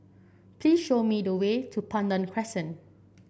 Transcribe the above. please show me the way to Pandan Crescent